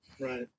Right